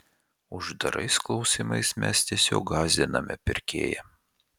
uždarais klausimais mes tiesiog gąsdiname pirkėją